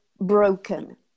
broken